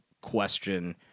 question